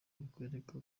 bikwereka